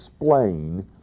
explain